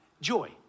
Joy